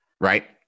Right